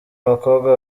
bakobwa